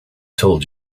told